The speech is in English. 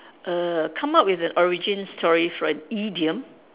err come up with an origin story for an idiom